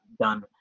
done